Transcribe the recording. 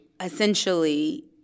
essentially